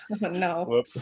no